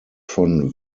von